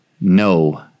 No